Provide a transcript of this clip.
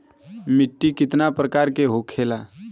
मिट्टी कितना प्रकार के होखेला?